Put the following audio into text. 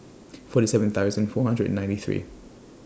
forty seven thousand four hundred and ninety three